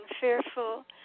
fearful